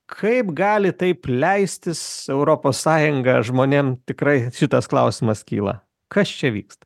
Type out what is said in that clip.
kaip gali taip leistis europos sąjunga žmonėm tikrai šitas klausimas kyla kas čia vyksta